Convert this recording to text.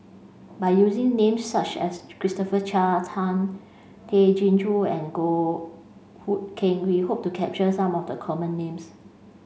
by using names such as Christopher Chia Tan Tay Chin Joo and Goh Hood Keng we hope to capture some of the common names